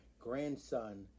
grandson